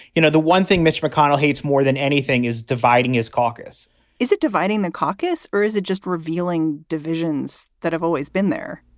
you know, the one thing mitch mcconnell hates more than anything is dividing his caucus is it dividing the caucus or is it just revealing divisions that have always been there?